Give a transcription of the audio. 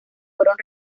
fueron